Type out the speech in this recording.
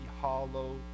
hollow